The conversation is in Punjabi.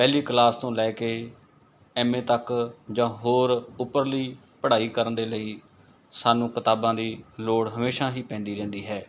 ਪਹਿਲੀ ਕਲਾਸ ਤੋਂ ਲੈ ਕੇ ਐੱਮ ਏ ਤੱਕ ਜਾਂ ਹੋਰ ਉੱਪਰਲੀ ਪੜ੍ਹਾਈ ਕਰਨ ਦੇ ਲਈ ਸਾਨੂੰ ਕਿਤਾਬਾਂ ਦੀ ਲੋੜ ਹਮੇਸ਼ਾ ਹੀ ਪੈਂਦੀ ਰਹਿੰਦੀ ਹੈ